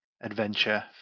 adventure